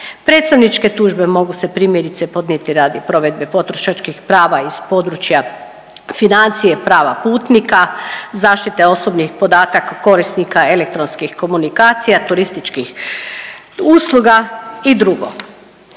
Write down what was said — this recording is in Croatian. Predstavničke tužbe mogu se primjerice podnijeti radi provedbe potrošačkih prava iz područja financije i prava putnika, zaštite osobnih podataka korisnika elektronskih komunikacija, turističkih usluga i drugo.